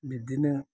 बिदिनो